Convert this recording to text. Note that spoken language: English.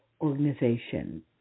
organization